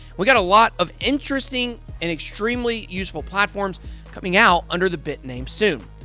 we got a lot of interesting and extremely useful platforms coming out under the bit name soon.